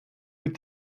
with